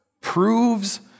proves